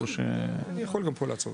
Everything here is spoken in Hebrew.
אני יכול גם פה לעצור.